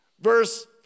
Verse